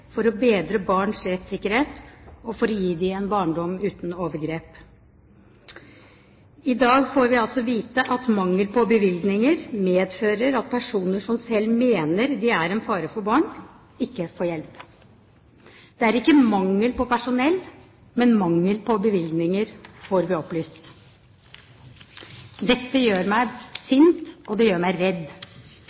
for å bedre barns rettssikkerhet og for å gi dem en barndom uten overgrep. I dag får vi altså vite at mangelen på bevilgninger medfører at personer som selv mener de er en fare for barn, ikke får hjelp. Det er ikke mangel på personell, men mangel på bevilgninger, får vi opplyst. Dette gjør meg sint, og det gjør meg redd.